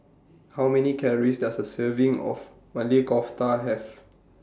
How Many Calories Does A Serving of Maili Kofta Have